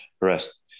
rest